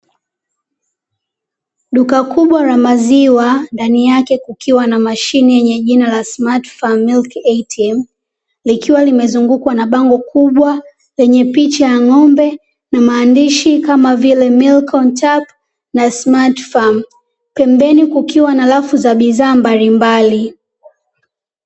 Duka kubwa la maziwa ndani yake kukiwa na mashine yenye jina la "SMART FARM MILK ATM" , likiwa limezungukwa na bango kubwa lenye picha ya ng'ombe na maandishi kama vile "MILK ON TAP"na "SMART FARM" pembeni kukiwa na rafu za bidhaa mbalimbali.